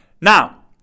Now